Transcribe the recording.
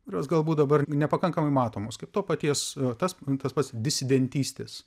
kurios galbūt dabar nepakankamai matomos kaip to paties tas tas pats disidentystės